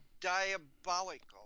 diabolical